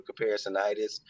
comparisonitis